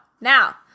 Now